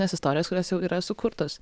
nes istorijos kurios jau yra sukurtos